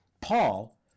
Paul